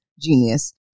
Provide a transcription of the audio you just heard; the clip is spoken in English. genius